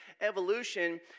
evolution